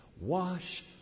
Wash